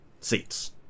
seats